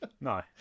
No